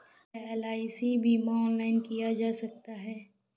क्या एल.आई.सी बीमा ऑनलाइन किया जा सकता है?